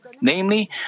namely